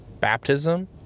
baptism